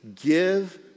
give